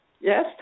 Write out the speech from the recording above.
Yes